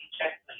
Check